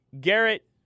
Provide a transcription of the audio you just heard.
Garrett